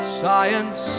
science